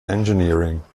engineering